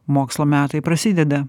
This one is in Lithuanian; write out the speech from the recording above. mokslo metai prasideda